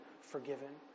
forgiven